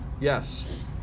Yes